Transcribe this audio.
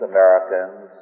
Americans